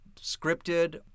scripted